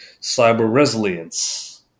cyber-resilience